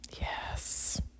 Yes